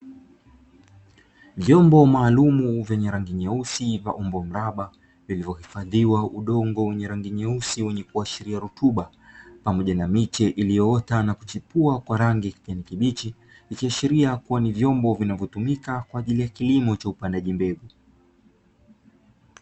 Vyombo maalumu vyenye rangi nyeusi vya umbo mraba vilivyohifadhiwa udongo wenye rangi nyeusi wenye kuashiria rutuba, pamoja na miche iliyoota na kuchipua kwa rangi ya kijani kibichi; ikiashiria kuwa ni vyombo vinavyotumika kwa ajili ya kilimo cha upandaji mbegu.